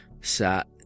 sat